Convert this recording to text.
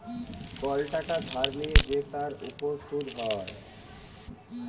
call টাকা ধার লিয়ে যে তার উপর শুধ হ্যয়